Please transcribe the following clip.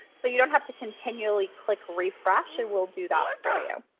so you don't have to continually click refresh. it will do that for you.